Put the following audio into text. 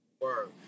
Word